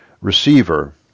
receiver